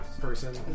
person